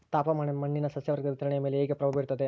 ತಾಪಮಾನ ಮಣ್ಣಿನ ಸಸ್ಯವರ್ಗದ ವಿತರಣೆಯ ಮೇಲೆ ಹೇಗೆ ಪ್ರಭಾವ ಬೇರುತ್ತದೆ?